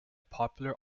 popular